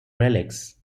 relics